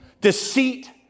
deceit